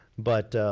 but,